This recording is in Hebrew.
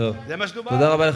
אין אף מנהל שמביא תשואה עודפת.